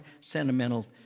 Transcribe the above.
sentimental